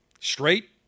straight